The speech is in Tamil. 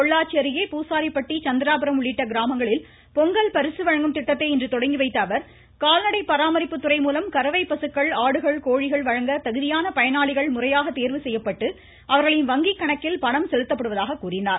பொள்ளாச்சி அருகே பூசாரிபட்டி சந்திராபுரம் உள்ளிட்ட கிராமங்களில் பொங்கல் பரிசு வழங்கும் திட்டத்தை இன்று தொடங்கிவைத்த அவர் கால்நடை பராமரிப்புத்துறை மூலம் கறவை பசுக்கள் ஆடுகள் கோழிகள் வழங்க தகுதியான பயனாளிகள் முறையாக தோ்வு செய்யப்பட்டு அவர்களின் வங்கி கணக்கில் பணம் செலுத்தப்படுவதாக தெரிவித்தார்